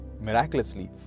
miraculously